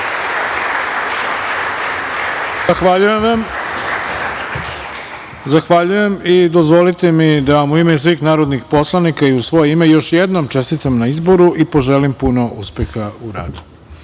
Zahvaljujem vam. Dozvolite mi da vam u ime svih narodnih poslanika i u svoje ime još jednom čestitam na izboru i poželim puno uspeha u radu. Ovim